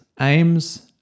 aims